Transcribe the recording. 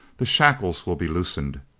the shackles will be loosened,